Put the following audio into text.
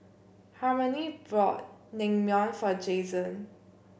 Harmony bought Naengmyeon for Jason